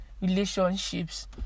relationships